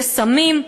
לסמים.